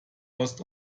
ost